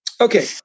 Okay